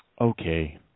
Okay